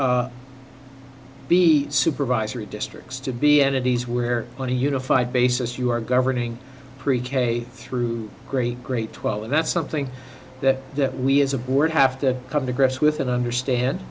to be supervisory districts to be entities where on a unified basis you are governing pre k through great great twelve and that's something that that we as a board have to come to grips with and understand